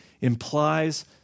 implies